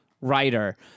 writer